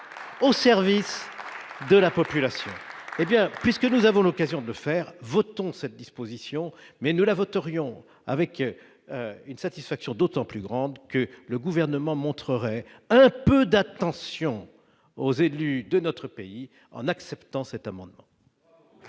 au service de la population hé bien puisque nous avons l'occasion de le faire, votons cette disposition mais ne la votent aurions avec une satisfaction d'autant plus grande que le gouvernement montrerait un peu d'attention aux élus de notre pays en acceptant cet amendement.